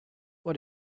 what